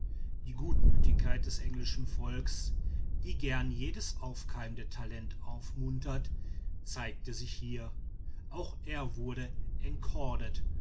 die gutmütigkeit des englischen volks die gern jedes aufkeimende talent aufmuntert zeigte sich hier auch er wurde